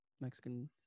Mexican